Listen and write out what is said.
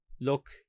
look